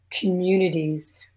communities